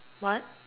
what